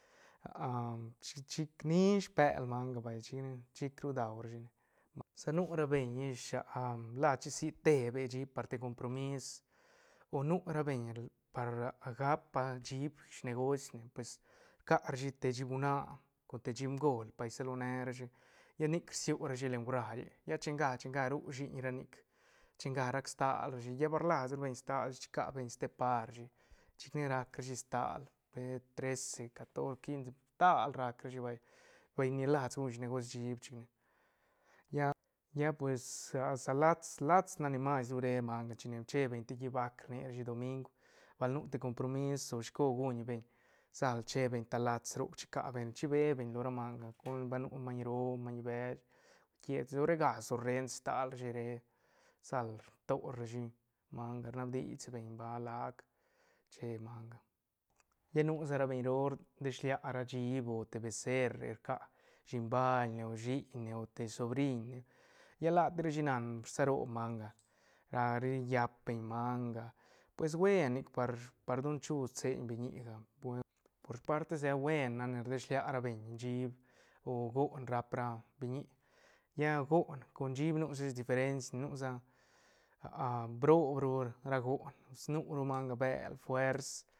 chic- chic nish sbel manga vay chic ne chic ru daurashi ne sa nu ra beñ ish las shi sii tebe chiib par te compromis o nu ra beñ par a gap pa chiib negoisne pues rca rashi te chiib huana con te chiib ngöl par rsalo nerashi lla nic rsiu rashi len uarail chenga- chenga ru shiiñ ra nic chen ga rac stal rashi lla bal rlas beñ stal rashi ri can beñ ste par ra shi chicne rac rashi stal pet trece catorce quience stal rac rashi vay beñ ni las guñ negois chiib chic ne lla- lla pues sa lats- lats nac ni mas ru re manga chine che beñ te hí bác rni rashi te domiung bal nu te compromis o shicos guñ beñ sal che ben ta lats roc chi ca beñ chi be beñ lo ra manga col ba nu maiñ roo o maiñ beche o cual quier tis o rega sol rens stal rashi re sal rto rashi manga rnab dishibeñ bal lac che manga lla nu sa ra beñ roo deslia ra chiib o te beserre rca siñbalnie o shiñne o te sobriñ ne lla la ti rashi nan rsa roob manga ra ri llap beñ manga pues buen nic par- par don chu seiñ biñiga por sparta sigac buen nac ne rdes shilia ra beñ chiib o goon rap ra biñi lla goon con chiib nu sa diferencine nu sa broob ru ra goon nu ru manga bel fuers.